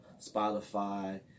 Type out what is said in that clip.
Spotify